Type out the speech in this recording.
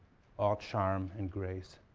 all charm and grace,